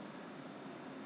我不知道 expire 了吗